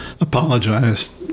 Apologized